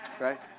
right